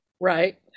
right